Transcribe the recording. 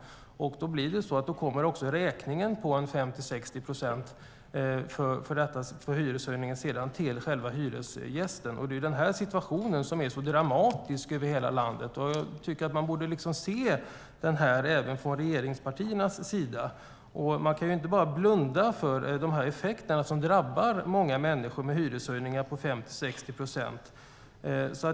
Då kommer också räkningen på detta med en hyreshöjning på 50-60 procent för hyresgästen. Det är denna situation som är så dramatisk över hela landet. Jag tycker att även regeringspartierna borde se detta. De kan inte bara blunda för de effekter som drabbar många människor med hyreshöjningar på 50-60 procent.